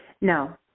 No